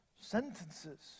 sentences